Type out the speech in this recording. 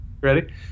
Ready